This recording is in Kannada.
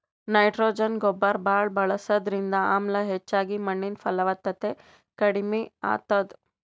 ನೈಟ್ರೊಜನ್ ಗೊಬ್ಬರ್ ಭಾಳ್ ಬಳಸದ್ರಿಂದ ಆಮ್ಲ ಹೆಚ್ಚಾಗಿ ಮಣ್ಣಿನ್ ಫಲವತ್ತತೆ ಕಡಿಮ್ ಆತದ್